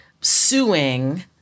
suing